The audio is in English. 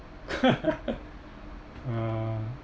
uh